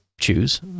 choose